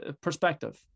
perspective